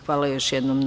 Hvala još jednom na